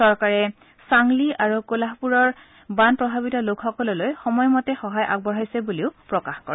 চৰকাৰে চাংলি আৰু কোলহাপুৰৰ বান প্ৰভাৱিত লোকসকললৈ সময় মতে সহায় আগবঢ়াইছে বুলিও তেওঁ প্ৰকাশ কৰে